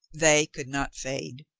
they could not fade.